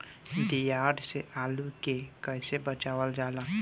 दियार से आलू के कइसे बचावल जाला?